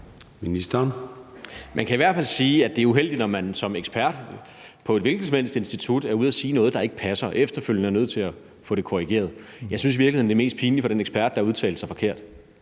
Man kan i hvert fald sige, at det er uheldigt, når man som ekspert på et hvilket som helst institut er ude at sige noget, der ikke passer, og efterfølgende er nødt til at få det korrigeret. Jeg synes i virkeligheden, det er mest pinligt for den ekspert, der har udtalt sig forkert,